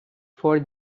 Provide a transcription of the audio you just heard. for